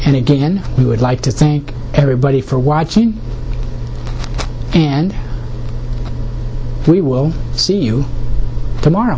and again we would like to thank everybody for watching and we will see you